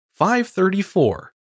534